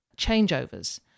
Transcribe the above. changeovers